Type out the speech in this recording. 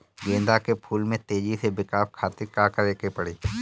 गेंदा के फूल में तेजी से विकास खातिर का करे के पड़ी?